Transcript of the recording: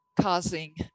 causing